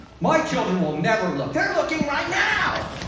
my children will never look, they're looking right now.